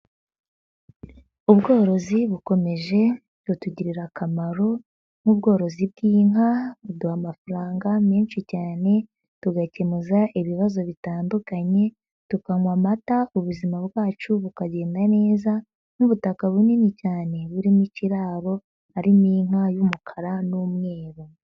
Ubworozi bukomeje butugirira akamaro, nk'ubworozi bw'inka buduha amafaranga menshi cyane, tugakemuza ibibazo bitandukanye, tukanywa amata ku buzima bwacu bukagenda neza n'ubutaka bunini cyane burimo ikiraro, harimo inka y'umukara n'umweru.